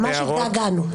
ממש התגעגענו.